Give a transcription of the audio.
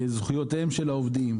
זכויותיהם של העובדים,